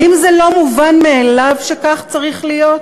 האם לא מובן מאליו שכך צריך להיות?